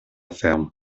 ferme